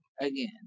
again